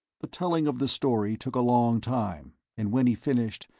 the telling of the story took a long time, and when he finished,